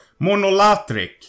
monolatric